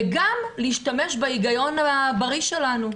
וגם להשתמש בהיגיון הבריא שלנו.